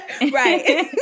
Right